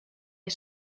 les